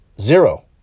Zero